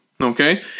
okay